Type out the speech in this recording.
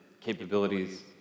capabilities